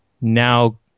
now